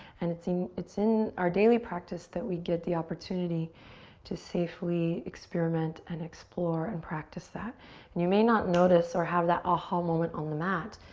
and it's in it's in our daily practice that we get the opportunity to safely experiment and explore and practice that. and you may not notice or have that aha moment on the mat,